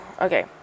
Okay